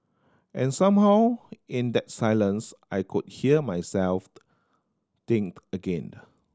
and somehow in that silence I could hear myself think again